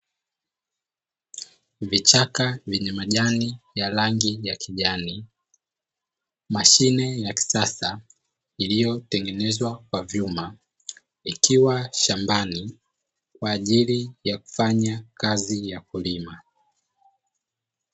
Vichaka vyenye rangi ya kijani, mashine ya kisasa iliyo tengenezwa kwa vyuma ikiwa shambani kwa ajili ya kufanya kazi ya kulima.